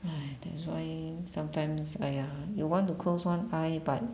!aiya! that's why sometimes !aiya! you want to close one eye but